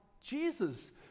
Jesus